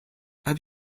have